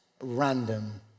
random